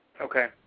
Okay